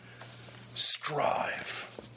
strive